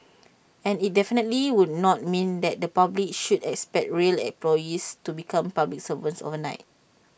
and IT definitely would not mean that the public should expect rail employees to become public servants overnight